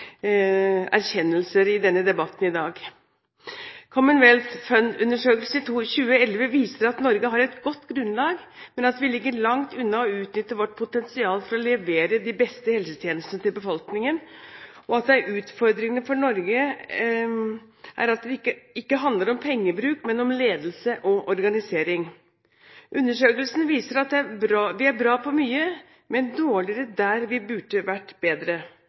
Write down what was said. erkjennelser i denne debatten i dag. Commonwealth Fund-undersøkelsen i 2011 viser at Norge har et godt grunnlag, men at vi ligger langt unna å utnytte vårt potensial for å levere de beste helsetjenestene til befolkningen, og at utfordringene for Norge ikke handler om pengebruk, men om ledelse og organisering. Undersøkelsen viser at vi er bra på mye, men dårligere der vi burde vært bedre.